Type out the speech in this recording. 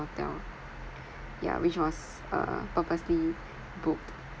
motel yeah which was uh purposely booked